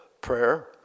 prayer